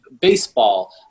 baseball